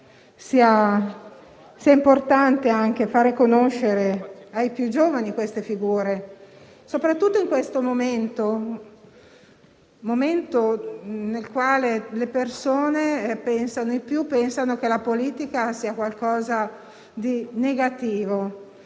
sia importante far conoscere ai più giovani queste figure, soprattutto in questo momento nel quale i più pensano che la politica sia qualcosa di negativo